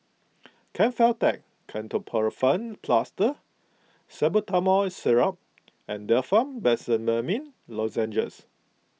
Kefentech Ketoprofen Plaster Salbutamol Syrup and Difflam Benzydamine Lozenges